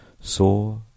saw